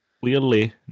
Clearly